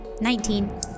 Nineteen